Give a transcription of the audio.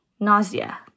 Nausea